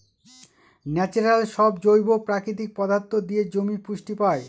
natural সব জৈব প্রাকৃতিক পদার্থ দিয়ে জমি পুষ্টি পায়